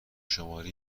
شماره